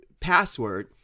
password